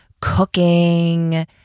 cooking